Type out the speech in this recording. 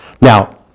Now